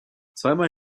zweimal